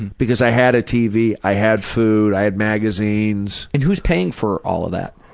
because i had a tv, i had food, i had magazines. and who's paying for all of that?